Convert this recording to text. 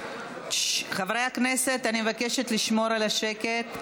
חברי הכנסת, אני מבקשת לשמור על השקט.